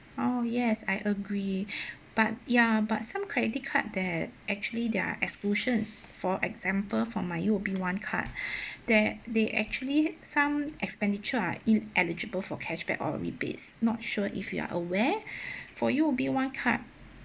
oh yes I agree but ya but some credit card that actually there are exclusions for example for my U_O_B one card there they actually some expenditure are ineligible for cashback or rebates not sure if you are aware for U_O_B one card